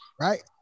right